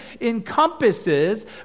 encompasses